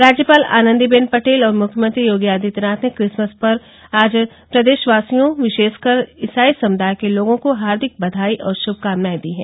राज्यपाल आनन्दीबेन पटेल और मुख्यमंत्री योगी आदित्यनाथ ने क्रिसमस पर आज प्रदेशवासियों विशेषकर ईसाई समुदाय के लोगों को हार्दिक बघाई और शुभकामनाएं दी है